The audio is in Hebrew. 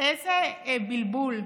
איזה בלבול.